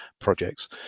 projects